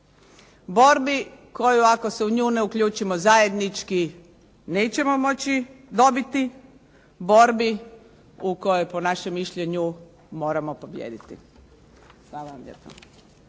borbi koju ako se u nju ne uključimo zajednički nećemo moći dobiti, borbi u kojoj po našem mišljenju moramo pobijediti.